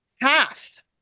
Half